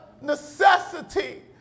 necessity